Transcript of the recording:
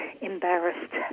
embarrassed